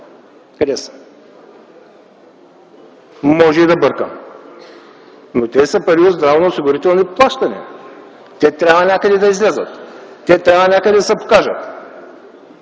къде са? Може и да бъркам, но това са пари от здравноосигурителни плащания. Те трябва отнякъде да излязат, трябва отнякъде да се покажат.